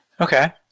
okay